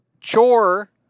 chore